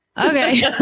Okay